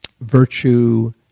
virtue